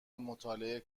مطالعه